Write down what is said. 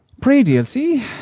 Pre-DLC